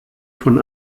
von